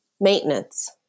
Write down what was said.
maintenance